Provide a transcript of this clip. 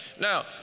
Now